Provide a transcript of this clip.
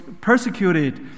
persecuted